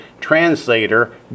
translator